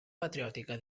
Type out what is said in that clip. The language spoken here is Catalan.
patriòtica